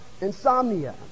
insomnia